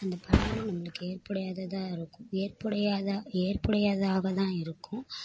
அந்த பழமொழி நம்மளுக்கு ஏற்புடையததாக இருக்கும் ஏற்புடையாதா ஏற்புடையதாகதான் இருக்கும்